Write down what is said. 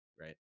right